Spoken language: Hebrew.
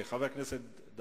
יש לנו כאן הצעות לסדר-היום,